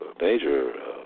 major